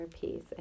peace